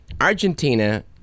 Argentina